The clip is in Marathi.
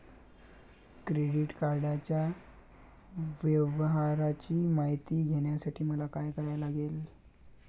क्रेडिट कार्डाच्या व्यवहाराची मायती घ्यासाठी मले का करा लागन?